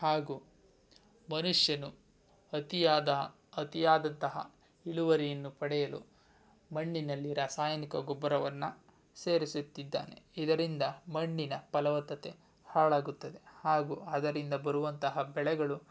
ಹಾಗೂ ಮನುಷ್ಯನು ಅತಿಯಾದ ಅತಿಯಾದಂತಹ ಇಳುವರಿಯನ್ನು ಪಡೆಯಲು ಮಣ್ಣಿನಲ್ಲಿ ರಾಸಾಯನಿಕ ಗೊಬ್ಬರವನ್ನು ಸೇರಿಸುತ್ತಿದ್ದಾನೆ ಇದರಿಂದ ಮಣ್ಣಿನ ಫಲವತ್ತತೆ ಹಾಳಾಗುತ್ತದೆ ಹಾಗೂ ಅದರಿಂದ ಬರುವಂತಹ ಬೆಳೆಗಳು